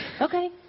Okay